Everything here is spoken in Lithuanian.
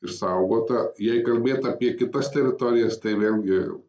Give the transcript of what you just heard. išsaugota jei kalbėt apie kitas teritorijas tai vėlgi